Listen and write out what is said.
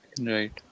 Right